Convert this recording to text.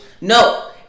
no